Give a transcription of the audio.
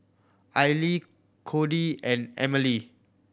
Aili Cody and Emile